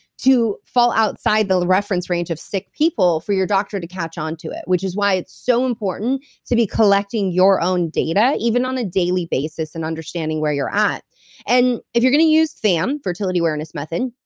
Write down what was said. to fall outside the reference range of sick people, for your doctor to catch onto it, which is why it's so important to be collecting your own data, even on a daily basis, and understanding where you're at and if you're going to use fam, fertility awareness method,